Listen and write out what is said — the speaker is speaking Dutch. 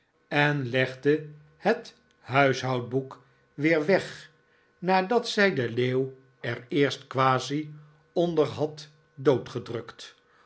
en legde het huishoudmijn kind vrouwtje boek weer weg nadat zij den leeuw er eerst quasi onder had